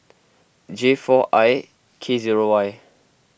J four I K zero Y